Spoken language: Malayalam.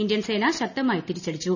ഇന്ത്യൻ സേന ശക്തമായി തിരിച്ചടിച്ചു